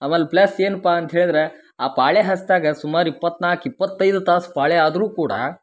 ಆಮೇಲ್ ಪ್ಲಸ್ ಏನ್ಪಾ ಅಂತ ಹೇಳ್ಡ್ರೆ ಆ ಪಾಳೆ ಹಸ್ತಾಗ ಸುಮಾರು ಇಪ್ಪತ್ನಾಲ್ಕು ಇಪ್ಪತ್ತೈದು ತಾಸು ಪಾಳೆ ಆದರೂ ಕೂಡ